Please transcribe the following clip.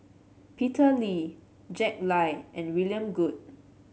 Peter Lee Jack Lai and William Goode